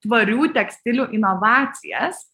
tvarių tekstilių inovacijas